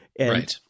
right